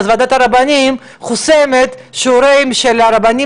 אז ועדת הרבנים חוסמת שיעורים של רבנים